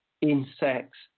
insects